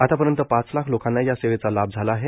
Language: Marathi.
आतापर्यंत पाच लाख लोकांना या सेवेचा लाभ झाला आहे